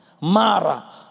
Mara